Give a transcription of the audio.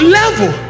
level